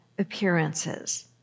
appearances